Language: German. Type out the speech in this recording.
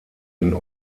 den